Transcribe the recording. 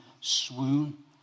swoon